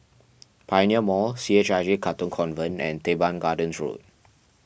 Pioneer Mall C H I J Katong Convent and Teban Gardens Road